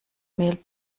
mehl